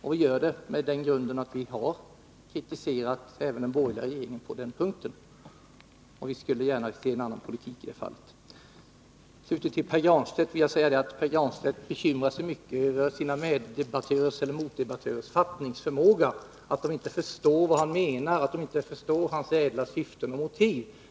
Vi säger det mot bakgrund av att vi har kritiserat även den borgerliga regeringen på den punkten. Vi skulle gärna se en annan politik i det fallet. Pär Granstedt bekymrar sig mycket över sina meddebattörers — eller motdebattörers — fattningsförmåga. De förstår inte vad han menar, de förstår inte hans ädla syften och motiv.